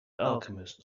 alchemist